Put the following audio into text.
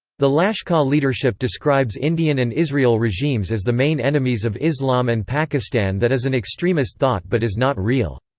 the lashkar leadership describes indian and israel regimes as the main enemies of islam and pakistan that is an extremist thought but is not real.